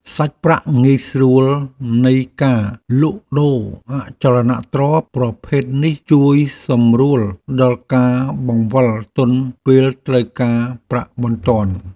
សាច់ប្រាក់ងាយស្រួលនៃការលក់ដូរអចលនទ្រព្យប្រភេទនេះជួយសម្រួលដល់ការបង្វិលទុនពេលត្រូវការប្រាក់បន្ទាន់។